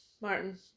Martin